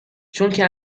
چونکه